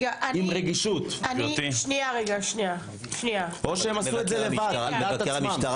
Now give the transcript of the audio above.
עם רגישות או שהם עשו את זה לבד על דעת עצמם?